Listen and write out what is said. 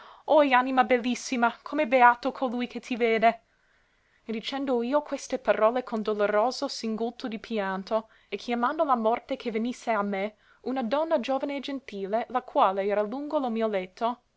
oi anima bellissima come è beato colui che ti vede e dicendo io queste parole con doloroso singulto di pianto e chiamando la morte che venisse a me una donna giovane e gentile la quale era lungo lo mio letto